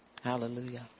Hallelujah